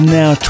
now